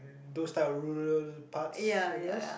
those types of rural parts I guess